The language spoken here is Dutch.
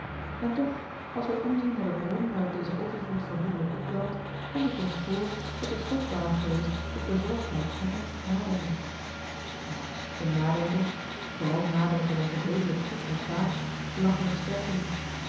en toch als wij omzien naar de bron waaruit deze overvloed vermoedelijk opwelt komt het ons voor dat er stof ware geweest tot bezorgdheid en ernstig nadenken maar in nadenken vooral nadenken over zedelijk goed en kwaad lag hunne sterkte niet